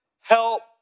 help